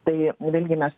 tai nu vėl gi mes